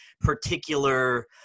particular